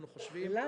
למה?